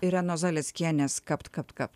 irenos zaleckienės kapt kapt kapt